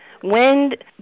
Wind